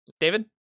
David